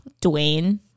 Dwayne